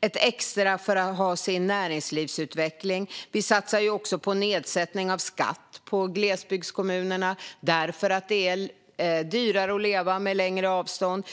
satsa extra på sin näringslivsutveckling. Vi satsar också på nedsättning av skatt i glesbygdskommuner därför att det är dyrare att leva med längre avstånd.